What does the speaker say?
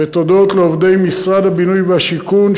ותודות לעובדי משרד הבינוי והשיכון,